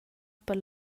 per